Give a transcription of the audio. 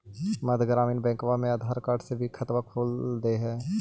मध्य ग्रामीण बैंकवा मे आधार कार्ड से भी खतवा खोल दे है?